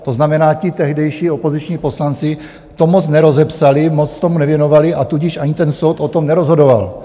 To znamená, ti tehdejší opoziční poslanci to moc nerozepsali, moc tomu nevěnovali, a tudíž ani ten soud o tom nerozhodoval.